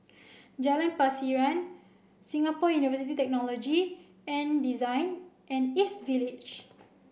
Jalan Pasiran Singapore University Technology and Design and East Village